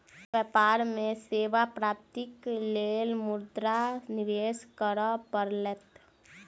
व्यापार में सेवा प्राप्तिक लेल मुद्रा निवेश करअ पड़त